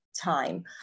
time